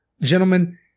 gentlemen